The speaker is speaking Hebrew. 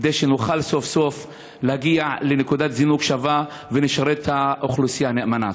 כדי שנוכל סוף-סוף להגיע לנקודת זינוק שווה ולשרת את האוכלוסייה נאמנה.